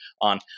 on